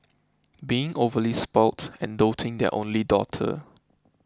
being overly spoilt and doting their only daughter